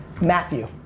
Matthew